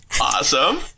awesome